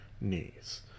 knees